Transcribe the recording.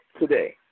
today